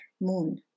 moon